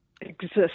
exist